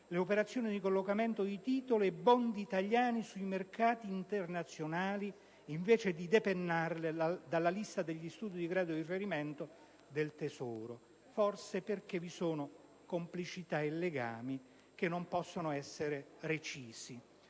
le operazioni di collocamento titoli e *bond* italiani sui mercati internazionali invece di depennarle dalla lista degli istituti di credito di riferimento del Tesoro. Forse perché vi sono complicità e legami che non possono essere recisi.